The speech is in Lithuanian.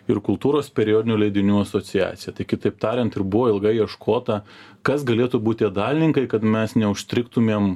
ir kultūros periodinių leidinių asociacija tai kitaip tariant ir buvo ilgai ieškota kas galėtų būt tie dalininkai kad mes neužstrigtumėm